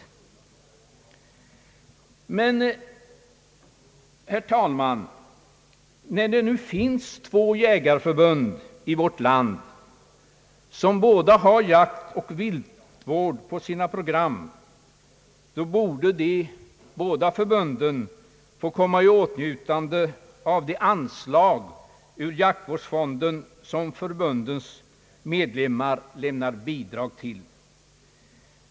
Men, herr talman, när det nu finns två jägarförbund i vårt land, vilka båda har jaktoch viltvård på sina program, borde båda förbunden komma i åtnjutande av de anslag ur jaktvårdsfonden som förbundens medlemmar lämnar bidrag till.